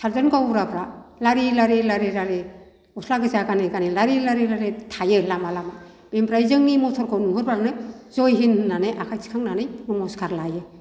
साथजन गावबुराफ्रा लारि लारि लारि लारि गस्ला गोजा गानै गानै लारि लारि लारि थायो लामा लामा बेनिफ्राय जोंनि मथरखौ नुहरबानो जय हिन्द होननानै आखाइ थिखांनानै नमस्कार लायो